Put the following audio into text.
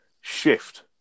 shift